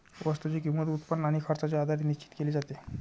वस्तूची किंमत, उत्पन्न आणि खर्चाच्या आधारे निश्चित केली जाते